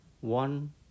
one